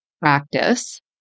practice